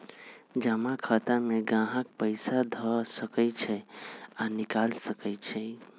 जमा खता में गाहक पइसा ध सकइ छइ आऽ निकालियो सकइ छै